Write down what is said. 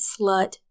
slut